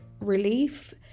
relief